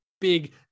big